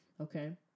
Okay